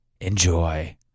Enjoy